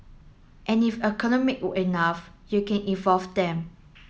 and if accumulate enough you can evolve them